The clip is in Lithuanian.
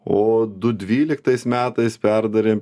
o du dvyliktais metais perdarėm